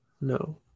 No